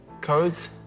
Codes